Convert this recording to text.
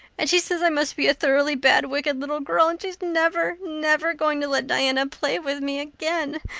and she says i must be a thoroughly bad, wicked little girl and she's never, never going to let diana play with me again.